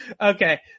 Okay